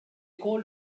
called